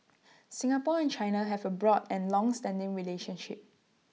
Singapore and China have A broad and longstanding relationship